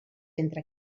entre